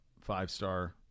five-star